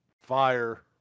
fire